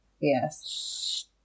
Yes